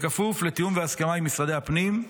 בכפוף להסכמה ולתיאום עם משרדי הפנים,